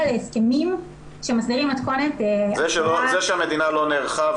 להסכמים שמסדירים מתכונת --- זה שהמדינה לא נערכה,